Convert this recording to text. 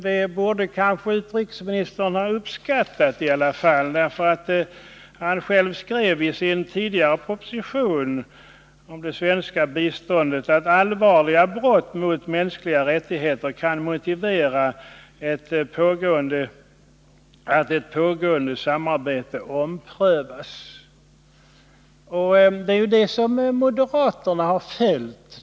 Det borde kanske utrikesministern ha uppskattat, eftersom han i sin tidigare proposition om det svenska biståndet skrev, att allvarliga brott mot mänskliga rättigheter kan motivera att ett pågående biståndssamarbete omprövas. Det är detta uttalande som moderaterna har följt.